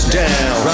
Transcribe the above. down